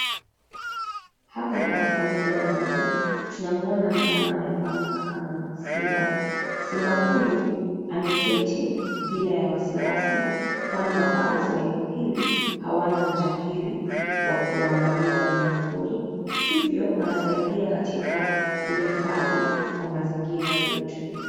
Hapa ni katika mbuga ya wanyama. Tunamwona mnyama anayefahamika kama simba. Simba huyu ameketi bila ya wasiwasi, kwani wakaazi wa eneo hili hawana ujangili wa kuwaangamiza wanyama pori. Hivyo, wanasaidia katika kuhifadhi kwa mazingira yetu.